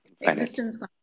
existence